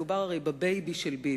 הרי מדובר בבייבי של ביבי,